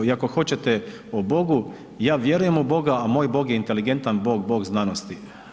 I ako hoćete o bogu, ja vjerujem u boga a moj bog je inteligentan bog, bog znanosti.